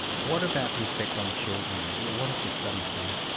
what about the effect on children? what has the study found?